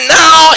now